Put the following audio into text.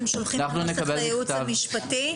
הם שולחים נוסח לייעוץ המשפטי.